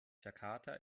jakarta